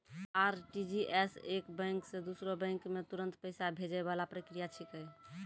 RTGS एक bank से दूसरो बैंक मे तुरंत पैसा भैजै वाला प्रक्रिया छिकै